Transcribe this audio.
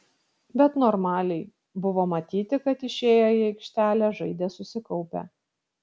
bet normaliai buvo matyti kad išėję į aikštelę žaidė susikaupę